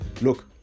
look